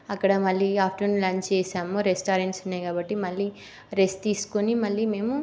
అక్కడ మళ్ళీ afternoon lunch చేసాము రెస్టారెంట్స్ ఉన్నాయి కాబట్టి మళ్ళీ రెస్ట్ తీసుకుని మళ్ళీ మేము